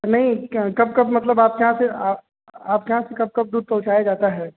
नहीं कब कब मतलब आपके यहाँ से आप के यहाँ से कब कब दूध पहुँचाया जाता है